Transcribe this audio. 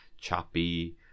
choppy